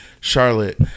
charlotte